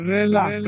Relax